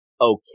okay